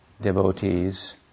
devotees